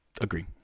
Agree